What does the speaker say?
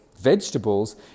vegetables